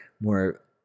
more